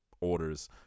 orders